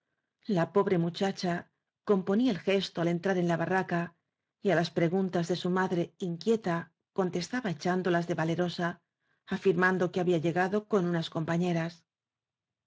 la pobre mu chacha componía el gesto al entrar en la barraca y á las preguntas de su madre inquieta contes taba echándolas de valerosa afirmando que había llegado con unas